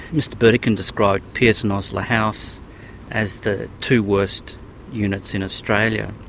mr burdekin described pearce and osler house as the two worst units in australia.